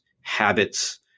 habits